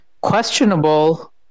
questionable